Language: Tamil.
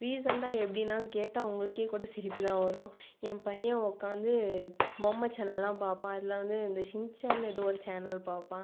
ரீசன்ட்டாக எப்படின்னா அது கேட்டால் உங்களுக்கே கூட சிரிப்பு தான் வரும் என் பையன் உட்கார்ந்து பொம்மை சேனல் எல்லாம் பார்ப்பான் அதில் வந்து இந்த ஷின்சேன் எதோ ஒரு சேனல் பார்ப்பான்